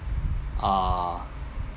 err